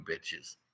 bitches